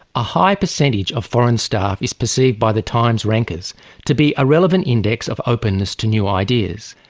a high percentage of foreign staff is perceived by the times rankers to be a relevant index of openness to new ideas.